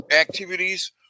activities